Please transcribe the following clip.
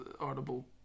audible